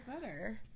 better